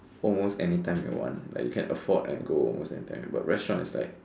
almost anytime you want like you can afford and go most of the time but restaurant is like